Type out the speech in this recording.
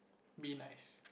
be nice